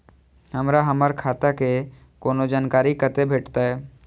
हमरा हमर खाता के कोनो जानकारी कते भेटतै